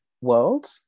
world